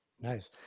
Nice